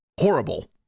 horrible